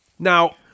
Now